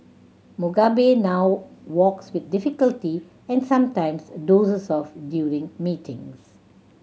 Mugabe now walks with difficulty and sometimes dozes off during meetings